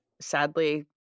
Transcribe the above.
Sadly